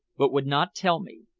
but would not tell me.